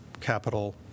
capital